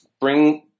bring